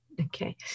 Okay